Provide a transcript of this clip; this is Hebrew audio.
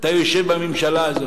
אתה יושב בממשלה הזאת.